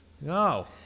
No